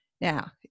now